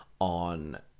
on